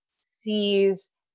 sees